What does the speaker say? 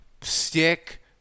Stick